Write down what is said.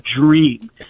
dream